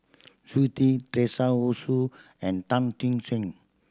Yu tea Teresa Hsu and Tan ting sing